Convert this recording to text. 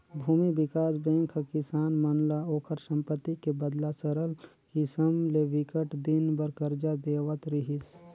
भूमि बिकास बेंक ह किसान मन ल ओखर संपत्ति के बदला सरल किसम ले बिकट दिन बर करजा देवत रिहिस